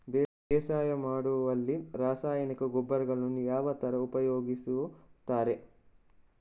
ಬೇಸಾಯ ಮಾಡುವಲ್ಲಿ ರಾಸಾಯನಿಕ ಗೊಬ್ಬರಗಳನ್ನು ಯಾವ ತರ ಉಪಯೋಗಿಸುತ್ತಾರೆ?